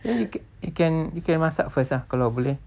ya you can you can you can masak first lah kalau boleh